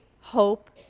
hope